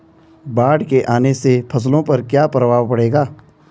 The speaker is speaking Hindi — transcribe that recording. बाढ़ के आने से फसलों पर क्या प्रभाव पड़ेगा?